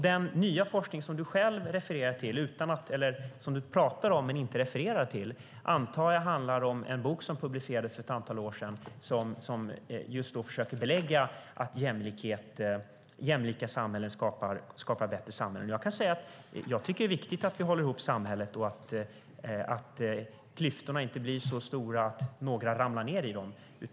Den nya forskning som du själv talar om men inte refererar till antar jag handlar om en bok som publicerades för ett antal år sedan som försöker belägga att jämlikhet skapar bättre samhällen. Jag tycker att det är viktigt att vi håller ihop samhället och att klyftorna inte blir så stora att några ramlar ned i dem.